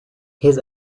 his